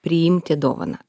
priimti dovaną